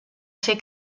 ser